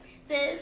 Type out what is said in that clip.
Sis